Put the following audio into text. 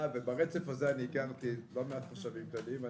וברצף הזה הכרתי לא מעט חשבים כלליים.